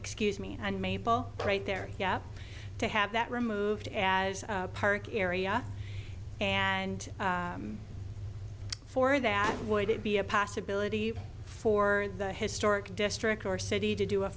excuse me and mabel right there you have to have that removed as a park area and for that would it be a possibility for the historic district or city to do a